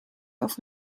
over